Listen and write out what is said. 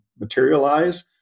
materialize